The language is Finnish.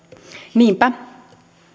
niinpä